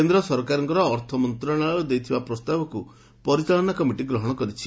କେନ୍ଦ୍ର ସରକାରଙ୍କ ଅର୍ଥ ମନ୍ତଶାଳୟ ଦେଇଥିବା ପ୍ରସ୍ତାବକୁ ପରିଚାଳନା କମିଟି ଗ୍ରହଣ କରିଛି